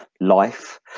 life